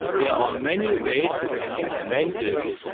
there are many ways you can implement this.